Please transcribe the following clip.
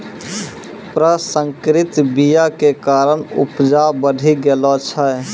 प्रसंकरित बीया के कारण उपजा बढ़ि गेलो छै